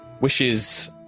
wishes